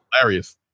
hilarious